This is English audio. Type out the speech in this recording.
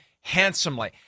handsomely